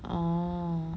orh